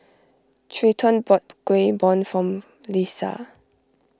Treyton bought Kueh Bom for Leisa